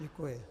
Děkuji.